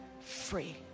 free